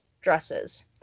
dresses